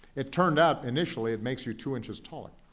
it turned out, initially, it makes you two inches taller.